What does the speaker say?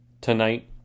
tonight